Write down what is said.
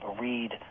read